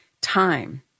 Time